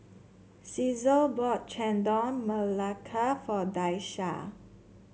Caesar bought Chendol Melaka for Daisha